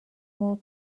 more